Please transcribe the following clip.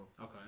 Okay